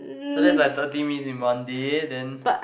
so that's like thirty minutes in one day then